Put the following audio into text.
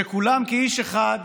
שכולם כאיש אחד,